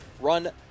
run